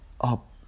up